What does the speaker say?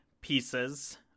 pieces